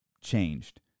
changed